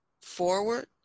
forward